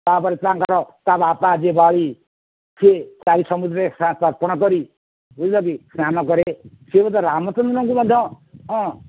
ତାପରେ ତାଙ୍କର ତା ବାପା ଯେ ବାଳି ସେ ଖାଇ ସମୁଦ୍ରରେ ଅର୍ପଣ କରି ସ୍ନାନ କରେ ସେ ମଧ୍ୟ ରାମଚନ୍ଦ୍ରଙ୍କୁ ମଧ୍ୟ ହଁ